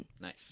nice